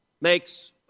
makes